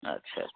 अच्छा अच्छा